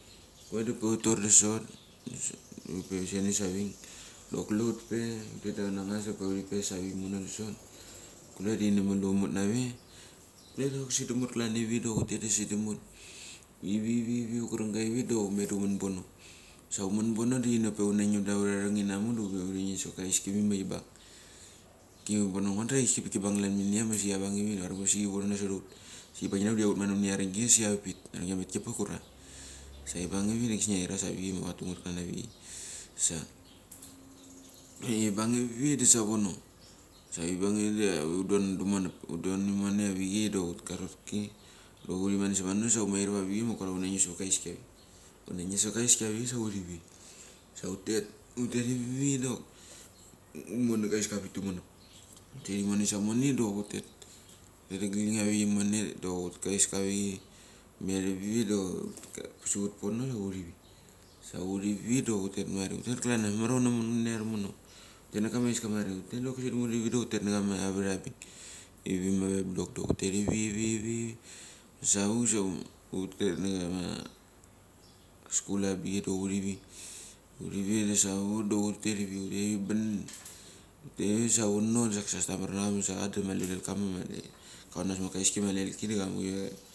Kule da hutpe hutor da sot da da hupe huri senisavik dok kule hutpe huteda hura nangas da hupe huri pes avik imono da sot. Kule da malpam hut nave kule da sidem hut klan ivi dok hutet da sidam hut ivi ivi vak gurunga ivit dok humet da humen pono. Sa humen pono dakini hutnangim da hura reng inamek da hunangimsavat ka heiski mi ma kibang. Ngudra heispkiapik okibnag klanminia masa kiauangivi ngua drem peschi nasora hut. Si kibang inavok da kia chut mano mini aringgi da kia vinam sa viput nguaram kiamet kipak ura sakipanivi kisnia ama iras abik ma nga tanget klan avichei. Pe kibangivit da savono, sa kibang ivi sa hudon tumonep hudontome da hutet karotki da hurimone sa mone sa humair avichei ma ngukuria hunangin savat ka heiski. Hunangim saka heiski avik sa hutet, hutet ivi dok humo naka heiska apik tumono. Hutet imone same dok hutet, hutet da glingini avik imone dok huteh kaheska avichei, humer ivi da pasahut pono sa hurivi sa hurivi da hutet marik hutet klan ambas mamr huna mon naniaromono, hutet na kama haiska marik. Hutet dok sidam hutivi da hutet nacha avat abik ivi mave block dok hutet nga ma avat abik ivi mave block. Hutelive ivi sa vuk sa hutek nachama skulabichei dok hutivi, hurivi da savak dok hutet ivi huri ban, hutet ivi savona da sa stamar nacha masa cha da mali kulel ka mali karonas maka heiski da.